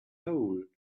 hole